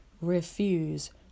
Refuse